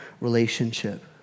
relationship